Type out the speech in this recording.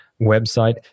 website